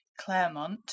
Claremont